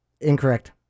Incorrect